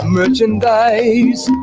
merchandise